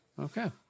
Okay